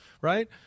right